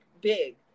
big